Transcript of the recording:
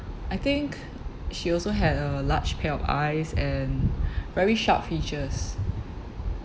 I think she also had a large pair of eyes and very short features